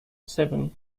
seven